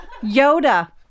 Yoda